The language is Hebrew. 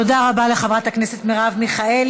תודה רבה לחברת הכנסת מרב מיכאלי.